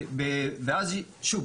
ואז שוב,